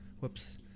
whoops